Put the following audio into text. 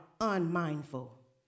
unmindful